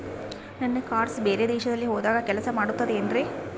ನನ್ನ ಕಾರ್ಡ್ಸ್ ಬೇರೆ ದೇಶದಲ್ಲಿ ಹೋದಾಗ ಕೆಲಸ ಮಾಡುತ್ತದೆ ಏನ್ರಿ?